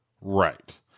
Right